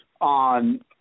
on –